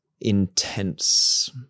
intense